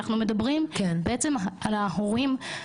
אנחנו מדברים בעצם על ההורים.